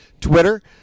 Twitter